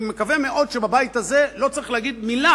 אני מקווה מאוד שבבית הזה לא צריך להגיד מלה